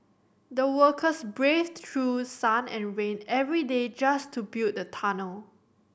the workers braved through sun and rain every day just to build the tunnel